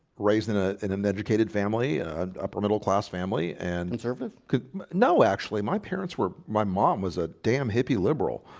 raised in ah an um educated family and a middle-class family and and service could no actually my parents where my mom was a damn hippie liberal